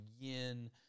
yin